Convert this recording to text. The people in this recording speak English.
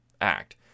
act